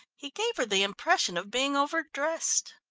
he gave her the impression of being over-dressed.